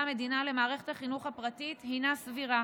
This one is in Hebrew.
המדינה למערכת החינוך הפרטית הוא סביר.